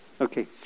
Okay